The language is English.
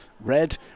red